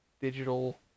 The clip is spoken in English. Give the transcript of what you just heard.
digital